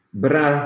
bra